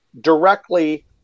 directly